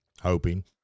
hoping